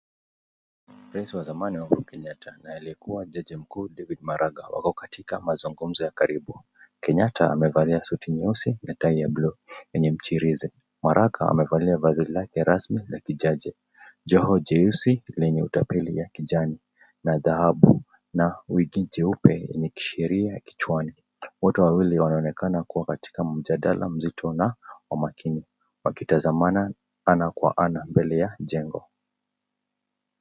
Rais wa zamani Urhuru Kenyatta na aliyekuwa jaji mkuu David Maraga wako katika mazungumzo ya karibu, Kenyata amevalia suti nyeusi na tai ya buluu yenye michirizi, Maraga amevalia vazi lake rasmi la kijaji, joho jeusi lenye utapeli ya kijani na dhahabu na wigi jeupe la kidheria kichwani , wote wawili wanaonekana kuwa katika mjadala mzitu wakitazamana ana kwa ana mbele ya jengo.